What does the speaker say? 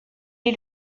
est